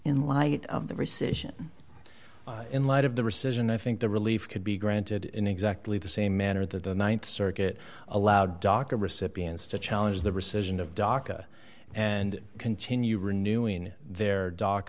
in light of the rescission in light of the rescission i think the relief could be granted in exactly the same manner that the th circuit allowed dr recipients to challenge the rescission of dhaka and continue renewing their doc